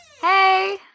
Hey